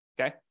okay